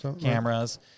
cameras